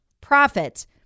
profits